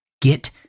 Get